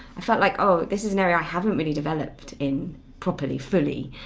i felt like oh this is an area i haven't really developed in properly fully,